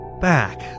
back